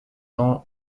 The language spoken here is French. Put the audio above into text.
ans